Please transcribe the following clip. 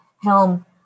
helm